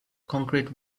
concrete